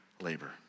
labor